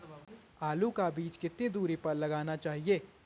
आलू का बीज कितनी दूरी पर लगाना चाहिए?